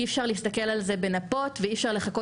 אי אפשר להסתכל על זה בנפות ואי אפשר לחכות